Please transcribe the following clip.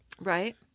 Right